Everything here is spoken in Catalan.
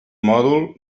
mòdul